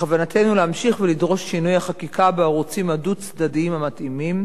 בכוונתנו להמשיך ולדרוש את שינוי החקיקה בערוצים הדו-צדדיים המתאימים,